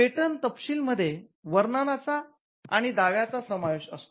patent तपशील मध्ये वर्णनाचा आणि दाव्यांचा समावेश असतो